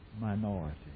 Minority